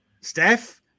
Steph